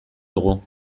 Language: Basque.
dugu